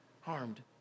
harmed